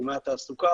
בתחומי התעסוקה,